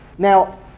Now